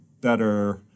better